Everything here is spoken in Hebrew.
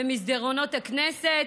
במסדרונות הכנסת.